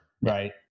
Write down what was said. right